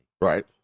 Right